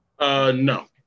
No